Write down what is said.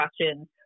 questions